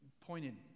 pointed